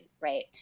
right